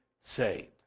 saved